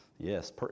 Yes